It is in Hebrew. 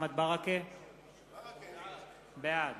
בעד